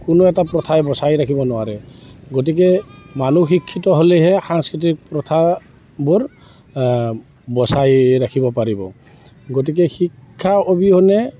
কোনো এটা প্ৰথাই বজাই ৰাখিব নোৱাৰে গতিকে মানুহ শিক্ষিত হ'লেহে সাংস্কৃতিক প্ৰথাবোৰ বচাই ৰাখিব পাৰিব গতিকে শিক্ষা অবিহনে